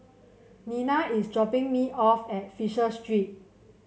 Nina is dropping me off at Fisher Street